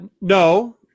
No